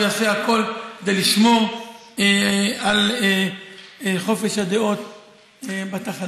והוא יעשה הכול כדי לשמור על חופש הדעות בתחנה.